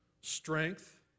strength